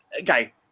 okay